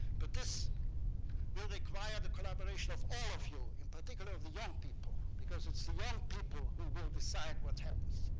but this will require the collaboration of all of you, in particular the young people. because it's the young people who will decide what happens.